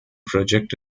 project